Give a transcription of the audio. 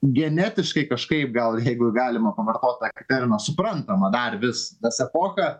genetiškai kažkaip gal jeigu galima pavartot tą terminą suprantama dar vis nes epocha